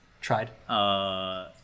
tried